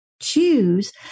Choose